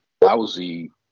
lousy